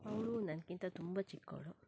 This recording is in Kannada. ಅವ್ಳು ನನ್ಗಿಂತ ತುಂಬ ಚಿಕ್ಕವಳು